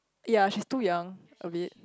ya she's too young a bit